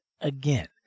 again